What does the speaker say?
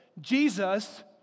Jesus